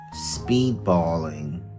speedballing